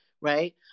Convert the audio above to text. right